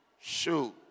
Shoot